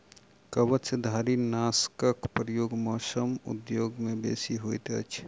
कवचधारीनाशकक प्रयोग मौस उद्योग मे बेसी होइत अछि